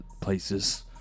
places